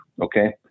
Okay